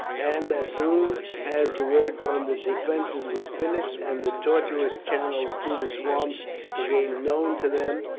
and, as soon as the work on the defences was finished and the tortuous channels through the swamps became known to them,